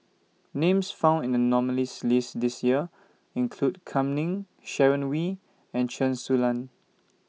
Names found in The nominees' list This Year include Kam Ning Sharon Wee and Chen Su Lan